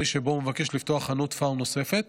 שבו הוא מבקש לפתוח חנות פארם נוספת